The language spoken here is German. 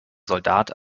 soldat